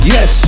Yes